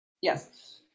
Yes